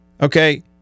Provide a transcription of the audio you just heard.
okay